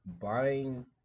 buying